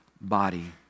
body